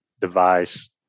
device